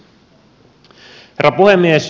herra puhemies